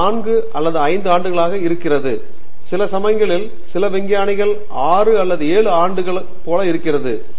பானிகுமார் இது சுமார் 4 5 ஆண்டுகளுக்கு ஈர்க்கிறது சில சமயங்களில் சில விஞ்ஞானங்களில் 6 அல்லது 7 ஆண்டுஆக இருக்கலாம்